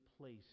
place